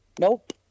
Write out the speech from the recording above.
Nope